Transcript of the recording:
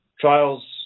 trials